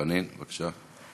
חנין, בבקשה.